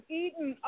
eaten